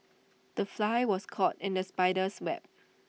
the fly was caught in the spider's web